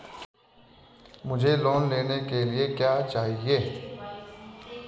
मुझे लोन लेने के लिए क्या चाहिए?